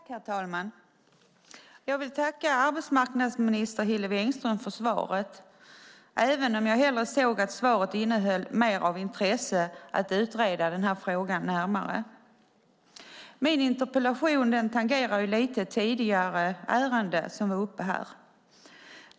Herr talman! Jag vill tacka arbetsmarknadsminister Hillevi Engström för svaret, även om jag hellre hade sett att svaret innehöll mer av intresse för att utreda frågan närmare. Min interpellation tangerar lite grann det tidigare ärende som var uppe här.